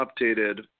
updated